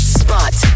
spot